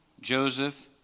Joseph